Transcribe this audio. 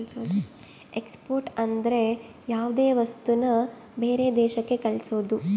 export ಅಂದ್ರ ಯಾವ್ದೇ ವಸ್ತುನ ಬೇರೆ ದೇಶಕ್ ಕಳ್ಸೋದು